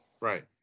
Right